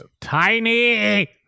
Tiny